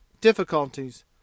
difficulties